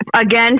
again